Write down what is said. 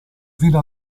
fino